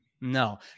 No